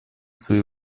свои